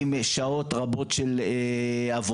עם שעות רבות של עבודה,